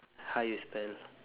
how you spell